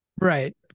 Right